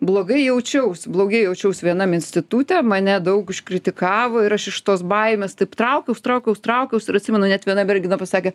blogai jaučiaus blogai jaučiaus vienam institute mane daug kritikavo ir aš iš tos baimės taip traukiaus traukiaus traukiaus ir atsimenu net viena mergina pasakė